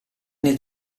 nel